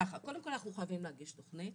אז ככה, קודם כל אנחנו חייבים להגיש תוכנית.